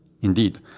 Indeed